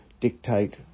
dictate